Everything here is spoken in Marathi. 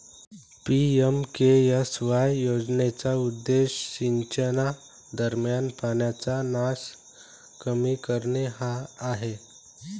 पी.एम.के.एस.वाय योजनेचा उद्देश सिंचनादरम्यान पाण्याचा नास कमी करणे हा आहे